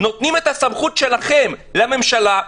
נותנים את הסמכות שלכם לממשלה,